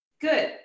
good